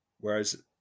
whereas